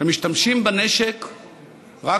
שמשתמשים בנשק רק